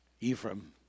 Ephraim